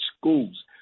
schools